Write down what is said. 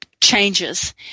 changes